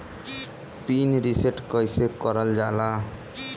Pin reset कईसे करल जाला?